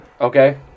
Okay